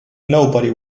nobody